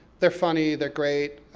they're funny, they're great,